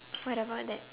what about that